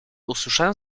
usłyszałem